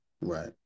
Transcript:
Right